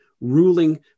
ruling